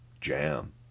jam